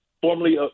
formerly